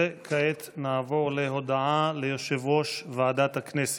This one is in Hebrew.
וכעת נעבור להודעה של יושב-ראש ועדת הכנסת.